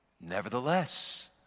Nevertheless